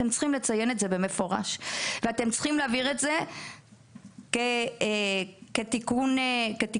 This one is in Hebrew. אתם צריכים לציין את זה במפורש ואתם צריכים להעביר את זה כתיקון חוקתי,